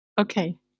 Okay